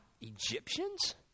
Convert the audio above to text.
Egyptians